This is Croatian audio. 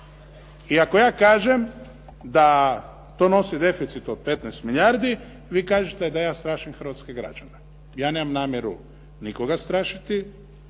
i ako ja kažem da to nosi deficit od 15 milijardi, vi kažete da ja strašim hrvatske građane. Ja nemam namjeru nikoga strašiti,